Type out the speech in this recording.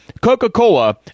Coca-Cola